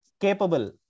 capable